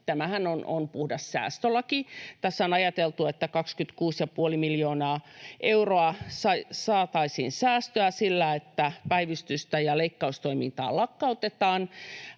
Tämähän on puhdas säästölaki. Tässä on ajateltu, että 26,5 miljoonaa euroa saataisiin säästöä sillä, että päivystystä ja leikkaustoimintaa lakkautetaan.